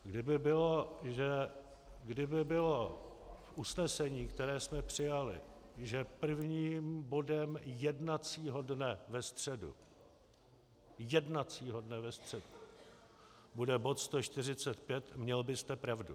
Kdyby bylo v usnesení, které jsme přijali, že prvním bodem jednacího dne ve středu jednacího dne ve středu bude bod 145, měl byste pravdu.